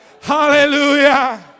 Hallelujah